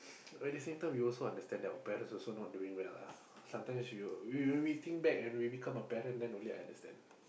at the same time we also understand that our parents also not doing well lah sometimes you when when you think back when we become a parent then only I understand